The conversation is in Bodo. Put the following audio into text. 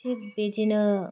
थिग बिदिनो